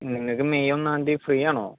ഉം നിങ്ങൾക്ക് മെയ് ഒന്നാം തീയതി ഫ്രീ ആണോ